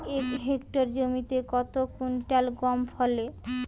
এক হেক্টর জমিতে কত কুইন্টাল গম ফলে?